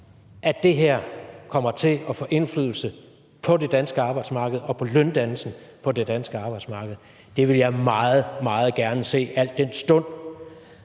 at det her kommer til at få indflydelse på det danske arbejdsmarked og på løndannelsen på det danske arbejdsmarked? Det vil jeg meget, meget gerne se, al den stund